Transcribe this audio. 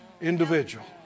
individual